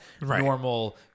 normal